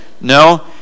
No